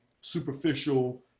superficial